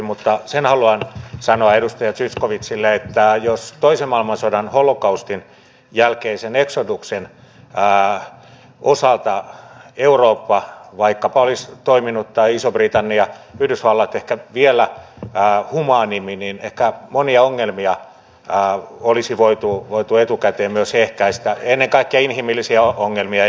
mutta sen haluan sanoa edustaja zyskowiczille että jos toisen maailmansodan holokaustin jälkeisen exoduksen osalta eurooppa vaikkapa olisi toiminut tai iso britannia yhdysvallat vielä humaanimmin niin ehkä monia ongelmia olisi myös voitu etukäteen ehkäistä ennen kaikkea inhimillisiä ongelmia ja niin poispäin